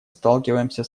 сталкиваемся